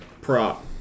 prop